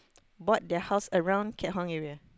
bought their house around Keat-Hong area